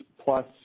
plus